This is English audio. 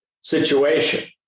situation